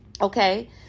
Okay